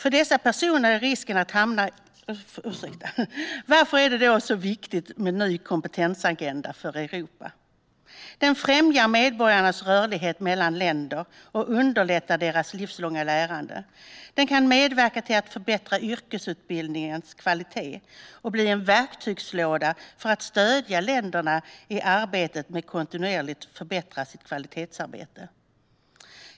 Ny kompetensagenda för Europa Varför är det då så viktigt med en ny kompetensagenda för Europa? Jo, den främjar medborgarnas rörlighet mellan länder och underlättar deras livslånga lärande. Den kan medverka till att förbättra yrkesutbildningens kvalitet och bli en verktygslåda för att stödja länderna i arbetet med ett kontinuerligt förbättrat kvalitetsarbete.